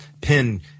pin